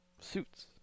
Suits